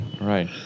Right